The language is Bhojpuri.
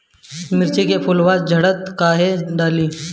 मिरचा के फुलवा झड़ता काहे का डाली?